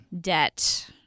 debt